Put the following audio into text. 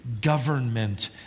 government